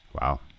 Wow